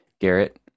garrett